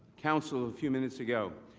counsel a few minutes ago.